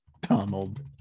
Donald